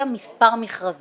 המכרז